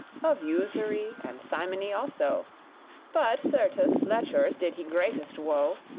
of usury, and simony also but, certes, lechours did he greatest woe